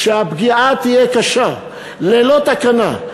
כשהפגיעה תהיה קשה ללא תקנה,